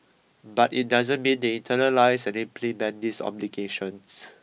but it doesn't mean they internalise and implement these obligations